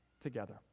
together